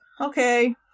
okay